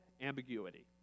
ambiguity